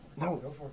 No